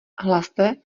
hlaste